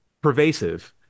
pervasive